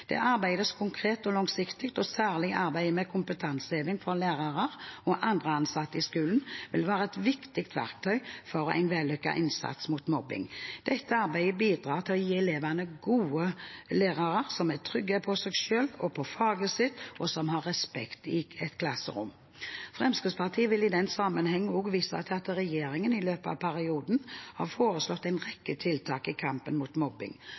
Det arbeides konkret og langsiktig, og særlig arbeidet med kompetanseheving for lærere og andre ansatte i skolen vil være et viktig verktøy for en vellykket innsats mot mobbing. Dette arbeidet bidrar til å gi elevene gode lærere som er trygge på seg selv og på faget sitt, og som har respekt i et klasserom. Fremskrittspartiet vil i den sammenheng også vise til at regjeringen i løpet av perioden har foreslått en rekke tiltak i kampen mot mobbing.